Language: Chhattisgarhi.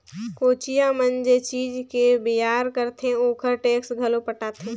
कोचिया मन जे चीज के बेयार करथे ओखर टेक्स घलो पटाथे